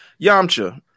Yamcha